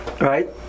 Right